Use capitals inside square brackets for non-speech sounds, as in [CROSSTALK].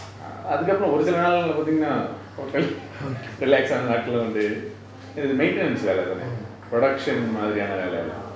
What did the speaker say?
அதுக்கப்புறம் ஒரு சில நாளுலே பாத்திங்கன்னா:athukappuram oru sila naalae pathinganaa totally [LAUGHS] relax ஆன நாட்களும் உண்டு இது:aana naatkalum undu ithu maintenance வேலே தானே:velae thanae production மாரியான வேலே இல்ல:maariyana velae illae